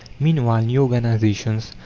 meanwhile new organizations,